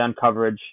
coverage